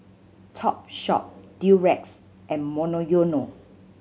Topshop Durex and Monoyono